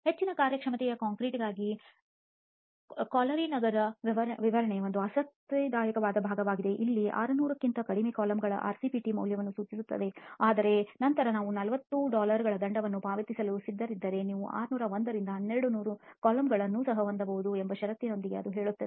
ಹೆಚ್ಚಿನ ಕಾರ್ಯಕ್ಷಮತೆಯ ಕಾಂಕ್ರೀಟ್ ಗಾಗಿ ಈ ಕ್ಯಾಲ್ಗರಿ ನಗರ ವಿವರಣೆಯು ಒಂದು ಆಸಕ್ತಿದಾಯಕ ಭಾಗವಾಗಿದೆ ಅಲ್ಲಿ ಇದು 600 ಕ್ಕಿಂತ ಕಡಿಮೆ ಕಾಲಮ್ಗಳ ಆರ್ಸಿಪಿಟಿ ಮೌಲ್ಯವನ್ನು ಸೂಚಿಸುತ್ತದೆ ಆದರೆ ನಂತರ ನೀವು 40 ಡಾಲರ್ಗಳ ದಂಡವನ್ನು ಪಾವತಿಸಲು ಸಿದ್ಧರಿದ್ದರೆ ನೀವು 601 ರಿಂದ 1200 ಕೂಲಂಬ್ಗಳನ್ನು ಸಹ ಹೊಂದಬಹುದು ಎಂಬ ಷರತ್ತಿನೊಂದಿಗೆ ಅದು ಹೇಳುತ್ತದೆ